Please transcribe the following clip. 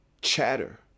chatter